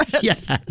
Yes